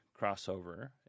crossover